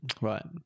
Right